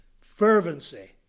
fervency